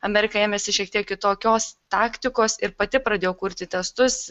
amerika ėmėsi šiek tiek kitokios taktikos ir pati pradėjo kurti testus